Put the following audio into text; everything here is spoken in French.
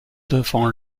devant